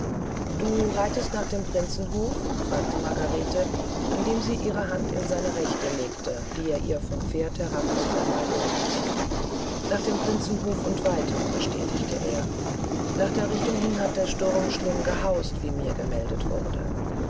du reitest nach dem prinzenhofe fragte margarete indem sie ihre hand in seine rechte legte die er ihr vom pferde herab noch einmal bot nach dem prinzenhof und weiter bestätigte er nach der richtung hin hat der sturm schlimm gehaust wie mir gemeldet wurde